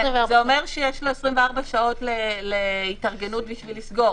זה אומר שיש לו 24 שעות להתארגנות לסגירה.